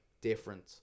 different